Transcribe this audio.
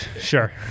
Sure